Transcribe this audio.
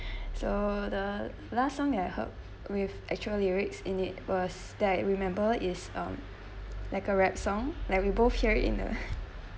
so the last song that I heard with actual lyrics in it was that remember is um like a rap song like we both hear it in uh